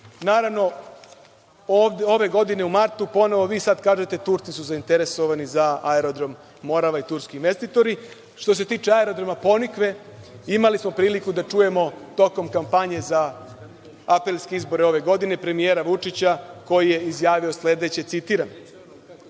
naravno, ove godine u martu, ponovo vi sada kažete - Turci su zainteresovani za Aerodrom „Morava“ i turski investitori. Što se tiče Aerodroma „Ponikve“, imali smo priliku da čujemo tokom kampanje za aprilske izbore ove godine, premijera Vučića, koji je izjavio sledeće, citiram,